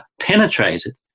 penetrated